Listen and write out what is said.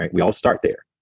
and we all start there.